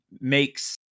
makes